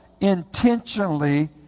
intentionally